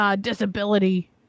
disability